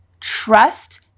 Trust